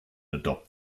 adopt